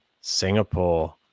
Singapore